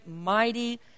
mighty